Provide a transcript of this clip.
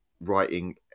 writing